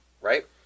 right